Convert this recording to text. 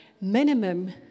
minimum